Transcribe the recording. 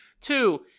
Two